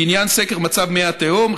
לעניין סקר מצב מי התהום,